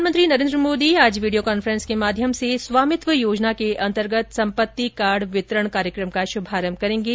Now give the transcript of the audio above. प्रधानमंत्री नरेन्द्र मोदी आज video conference के माध्यम से स्वामित्व योजना के अंतर्गत संपत्ति कार्ड वितरण का शुभारंभ करेंगे